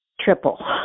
triple